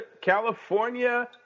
California –